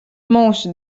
mūsu